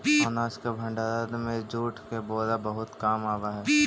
अनाज के भण्डारण में जूट के बोरा बहुत काम आवऽ हइ